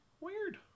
Weird